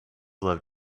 loved